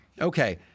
Okay